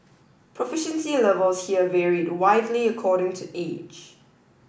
proficiency levels here varied widely according to age